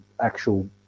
actual